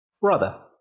Brother